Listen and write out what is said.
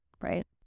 right